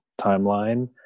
timeline